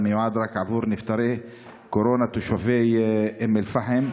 המיועד רק עבור נפטרי קורונה תושבי אום אל-פחם.